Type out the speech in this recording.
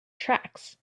tracts